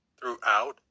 throughout